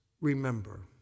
remember